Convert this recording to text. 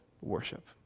worship